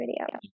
video